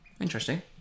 Interesting